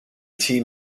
team